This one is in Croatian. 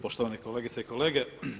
Poštovane kolegice i kolege.